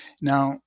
Now